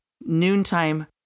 noontime